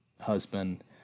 husband